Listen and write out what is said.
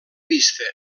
vista